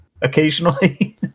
occasionally